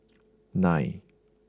nine